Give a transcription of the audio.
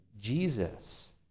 Jesus